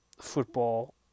football